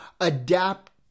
adapt